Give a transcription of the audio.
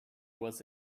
was